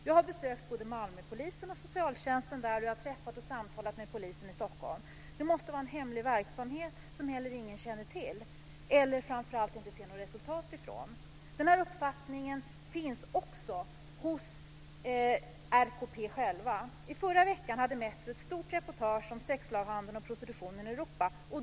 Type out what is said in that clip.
Jag har besökt både Malmöpolisen och socialtjänsten där och träffat och samtalat med polisen i Stockholm. Det måste vara en hemlig verksamhet som heller ingen känner till eller framför allt inte ser något resultat av. Den här uppfattningen finns också hos RKP själva. I förra veckan hade Metro ett stort reportage om sexslavhandeln och prostitutionen i Europa.